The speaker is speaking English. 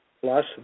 Plus